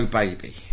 baby